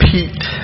Pete